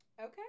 okay